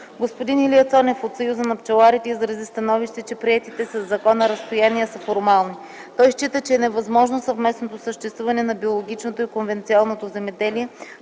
Господин Илия Цонев от Съюза на пчеларите изрази становище, че приетите със закона разстояния са формални. Той счита, че е невъзможно съвместното съществуване на биологичното и конвенционалното земеделие